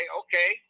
okay